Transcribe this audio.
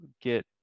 get